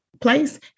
place